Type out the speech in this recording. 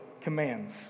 commands